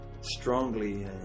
strongly